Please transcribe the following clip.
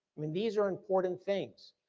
i mean these are important things.